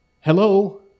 Hello